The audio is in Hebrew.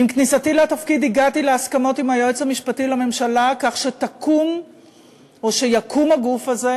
עם כניסתי לתפקיד הגעתי להסכמות עם היועץ המשפטי לממשלה שיקום הגוף הזה.